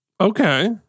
Okay